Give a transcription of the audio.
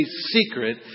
secret